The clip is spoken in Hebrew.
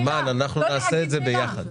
אימאן, אנחנו נעשה את זה ביחד,